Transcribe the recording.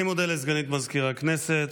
אני מודה לסגנית מזכיר הכנסת.